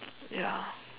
ya